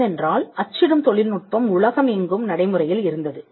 ஏனென்றால் அச்சிடும் தொழில்நுட்பம் உலகம் எங்கும் நடைமுறையில் இருந்தது